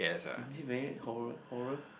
is it very horror horror